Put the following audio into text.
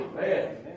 Amen